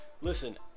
listen